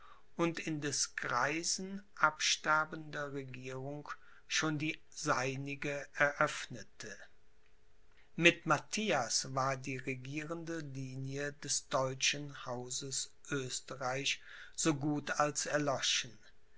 und in des greisen absterbender regierung schon die seinige eröffnete mit matthias war die regierende linie des deutschen hauses oesterreich so gut als erloschen